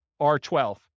R12